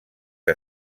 que